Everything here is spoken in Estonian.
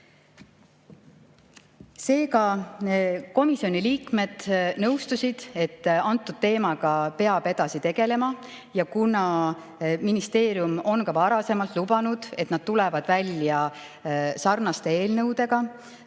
Seega komisjoni liikmed nõustusid, et antud teemaga peab edasi tegelema. Kuna ministeerium on ka varasemalt lubanud, et nad tulevad välja sarnaste eelnõudega,